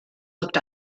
looked